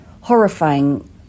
horrifying